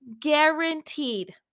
guaranteed